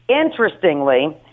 Interestingly